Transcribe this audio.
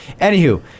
Anywho